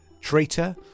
Traitor